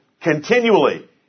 continually